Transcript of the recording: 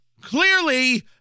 Clearly